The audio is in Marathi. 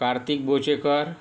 कार्तिक बोचेकर